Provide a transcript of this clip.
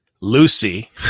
Lucy